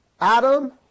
Adam